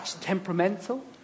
temperamental